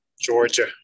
Georgia